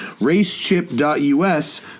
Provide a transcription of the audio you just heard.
Racechip.us